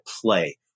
play